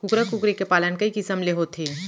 कुकरा कुकरी के पालन कई किसम ले होथे